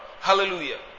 hallelujah